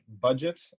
budget